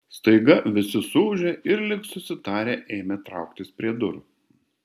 staiga visi suūžė ir lyg susitarę ėmė trauktis prie durų